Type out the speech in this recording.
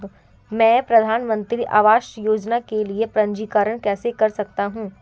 मैं प्रधानमंत्री आवास योजना के लिए पंजीकरण कैसे कर सकता हूं?